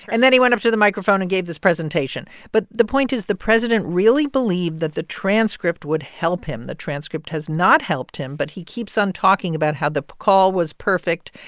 and then he went up to the microphone and gave this presentation. but the point is the president really believed that the transcript would help him. the transcript has not helped him. but he keeps on talking about how the call was perfect.